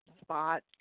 spot